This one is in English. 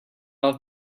off